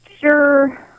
sure